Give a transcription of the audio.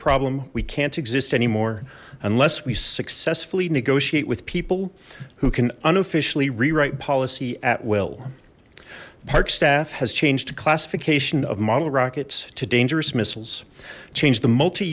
problem we can't exist anymore unless we successfully negotiate with people who can unofficially rewrite policy at will park staff has changed classification of model rockets to dangerous missiles change the multi